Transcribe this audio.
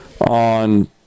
on